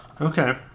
Okay